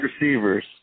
receivers